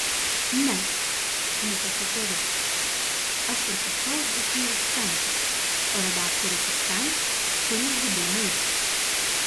ne nutęsė krėvė aš ir pačios dzūkijos centro o redaktorius iš ten kur jau gudai maišosi